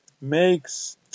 makes